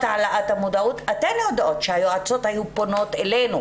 העלאת המודעות אתן יודעות שהיועצות היו פונות אלינו